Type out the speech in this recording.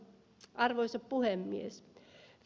arvoisa puhemies